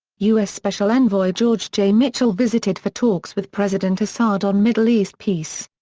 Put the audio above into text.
us special envoy george j. mitchell visited for talks with president assad on middle east peace.